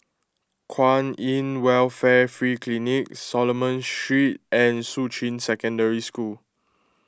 Kwan in Welfare Free Clinic Solomon Street and Shuqun Secondary School